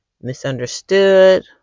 misunderstood